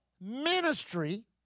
ministry